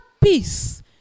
peace